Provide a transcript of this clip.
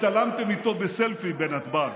הצטלמתם איתו בסלפי בנתב"ג.